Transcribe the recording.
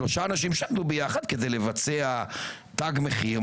ולבצע "תג מחיר",